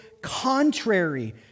contrary